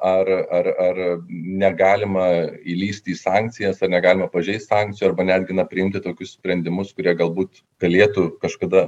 ar ar ar negalima įlįsti į sankcijas ar negalima pažeist sankcijų arba netgi priimti tokius sprendimus kurie galbūt galėtų kažkada